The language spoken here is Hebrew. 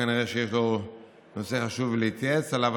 כנראה שיש לו נושא חשוב להתייעץ עליו,